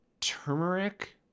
turmeric